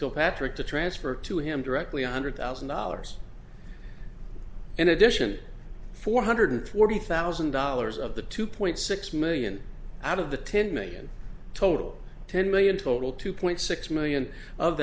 kilpatrick to transfer to him directly one hundred thousand dollars in addition four hundred forty thousand dollars of the two point six million out of the ten million total ten million total two point six million of